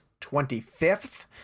25th